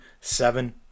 Seven